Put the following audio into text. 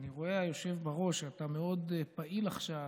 אני רואה, היושב בראש, שאתה מאוד פעיל עכשיו,